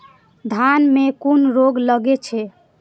धान में कुन रोग लागे छै?